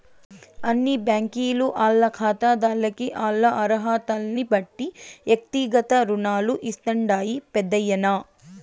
అన్ని బ్యాంకీలు ఆల్ల కాతాదార్లకి ఆల్ల అరహతల్నిబట్టి ఎక్తిగత రుణాలు ఇస్తాండాయి పెద్దాయనా